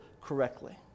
correctly